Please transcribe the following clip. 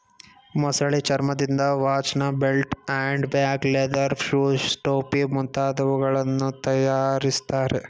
ಮೊಸಳೆ ಚರ್ಮದಿಂದ ವಾಚ್ನ belt, hand bag, leather shoes, ಟೋಪಿ ಮುಂತಾದವುಗಳನ್ನು ತರಯಾರಿಸ್ತರೆ